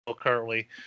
Currently